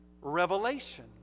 Revelation